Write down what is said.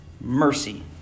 mercy